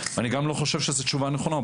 אני גם לא חושב שזאת תשובה נכונה.